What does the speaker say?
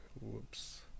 whoops